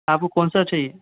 آپ کو کون سا چاہیے